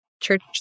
church